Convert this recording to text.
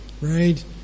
right